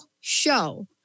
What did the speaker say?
show